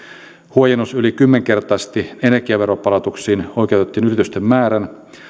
huojennus yli kymmenkertaisti energiaveronpalautuksiin oikeutettujen yritysten määrän